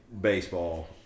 baseball